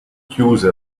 chiuse